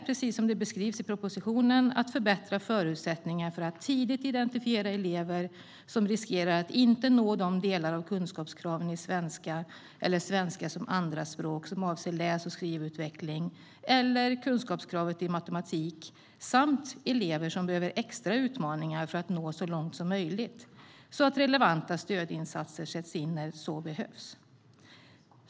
Precis som beskrivs i propositionen är syftet att förbättra förutsättningarna för att tidigt identifiera elever som riskerar att inte nå de delar av kunskapskraven i svenska och svenska som andraspråk som avser läs och skrivutveckling eller kunskapskravet i matematik samt elever som behöver extra utmaningar för att nå så långt som möjligt, så att relevanta stödinsatser sätts in när så behövs.